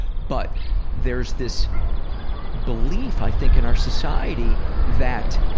but there's this belief, i think in our society that